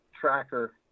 tracker –